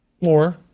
More